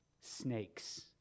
snakes